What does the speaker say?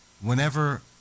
Whenever